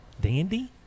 Dandy